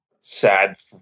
sad